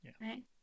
Right